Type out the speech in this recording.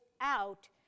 out